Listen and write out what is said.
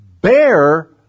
bear